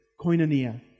koinonia